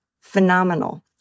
phenomenal